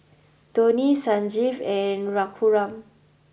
Dhoni Sanjeev and Raghuram